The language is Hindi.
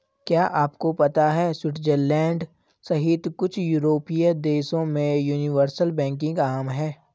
क्या आपको पता है स्विट्जरलैंड सहित कुछ यूरोपीय देशों में यूनिवर्सल बैंकिंग आम है?